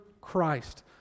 Christ